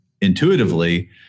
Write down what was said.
intuitively